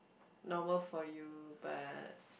normal for you but